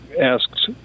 asks